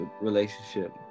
relationship